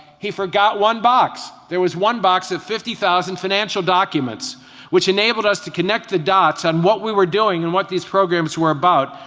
he forgot one box. there was one box of fifty thousand financial documents which enabled us to connect the dots on what we were doing and what the programs were about,